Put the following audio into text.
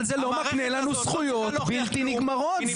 אבל זה לא מקנה לנו זכויות בלתי נגמרות.